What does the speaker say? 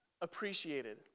appreciated